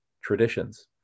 traditions